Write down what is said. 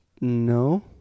No